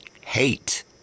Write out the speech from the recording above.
hate